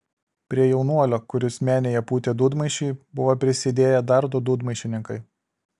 prie jaunuolio kuris menėje pūtė dūdmaišį buvo prisidėję dar du dūdmaišininkai